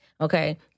Okay